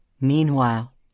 Meanwhile